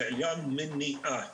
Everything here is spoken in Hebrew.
זה עניין המניעה.